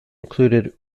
included